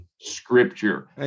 scripture